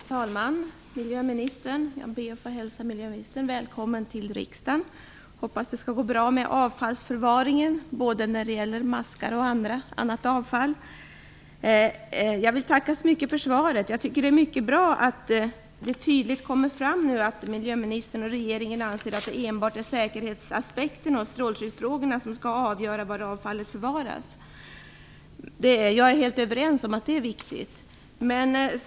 Fru talman! Jag vill be att få önska miljöministern välkommen till riksdagen. Jag hoppas att det skall gå bra med avfallsförvaringen, både när det gäller maskar och annat avfall. Jag vill tacka så mycket för svaret. Det är bra att det nu så tydligt kommer fram att miljöministern och regeringen anser att det enbart är säkerhetsaspekten och strålskyddsfrågorna som skall avgöra var avfallet skall förvaras. Jag håller helt med om att det är viktigt.